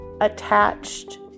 attached